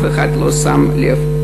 אף אחד לא שם לב.